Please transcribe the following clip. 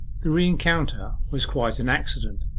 the rencounter was quite an accident.